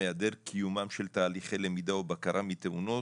היעדר קיומם של תהליכי למידה ובקרה מתאונות,